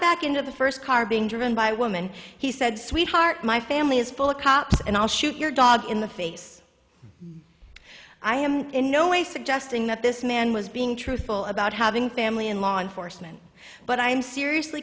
back into the first car being driven by a woman he said sweetheart my family is full of cops and i'll shoot your dog in the face i am in no way suggesting that this man was being truthful about having family in law enforcement but i am seriously